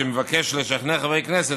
שמבקש לשכנע חברי כנסת,